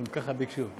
ככה הם ביקשו.